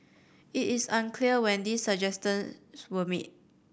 it is unclear when these suggestions were made